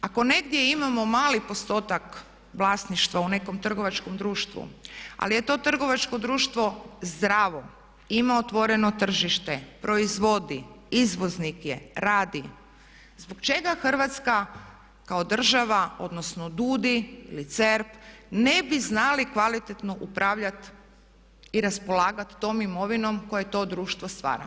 Ako negdje imamo mali postotak vlasništva u nekom trgovačkom društvu, ali je to trgovačko društvo zdravo, ima otvoreno tržište, proizvodi, izvoznik je, radi, zbog čega Hrvatska kao država odnosno DUUDI ili CERP ne bi znali kvalitetno upravljati i raspolagati tom imovinom koju to društvo stvar.